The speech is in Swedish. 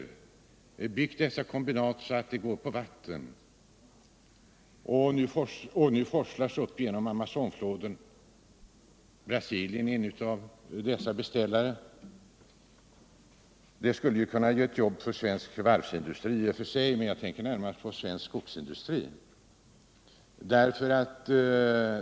De har byggt dessa kombinat så de kan gå på vatten, och de forslas nu uppför Amazonfloden — Brasilien är en av beställarna. Det skulle kunna ge jobb för svensk varvsindustri, men jag tänker närmast på svensk skogsindustri.